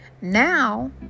Now